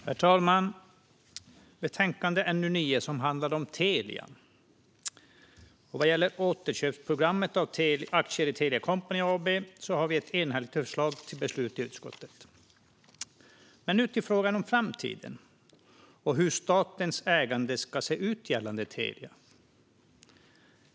Herr talman! Vi debatterar betänkande NU9 som handlar om Telia. Vad gäller återköpsprogrammet av aktier i Telia Company AB har vi ett enhälligt förslag till beslut från utskottet. Men nu till frågan om framtiden och hur statens ägande ska se ut gällande Telia.